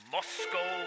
Moscow